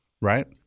right